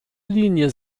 linie